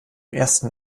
ersten